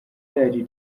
ryari